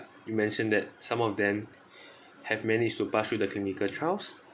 you mentioned that some of them have managed to pass through the clinical trials